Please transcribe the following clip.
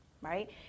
right